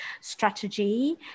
strategy